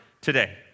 today